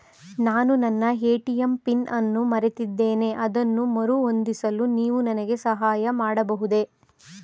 ನಾನು ನನ್ನ ATM PIN ಅನ್ನು ಮರೆತಿದ್ದೇನೆ ಅದನ್ನು ಮರುಹೊಂದಿಸಲು ನೀವು ನನಗೆ ಸಹಾಯ ಮಾಡಬಹುದೇ?